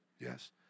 Yes